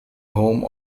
home